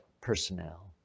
personnel